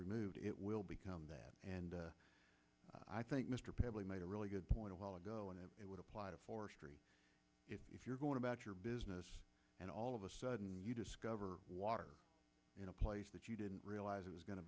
removed it will become that and i think mr pedley made a really good point a while ago and it would apply to forestry if you're going about your business and all of a sudden you discover water in a place that you didn't realize it was going to